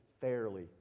fairly